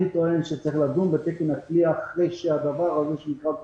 אני טוען שצריך לדון בתקן הכליאה לאחר סיום הקורונה.